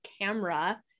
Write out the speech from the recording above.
camera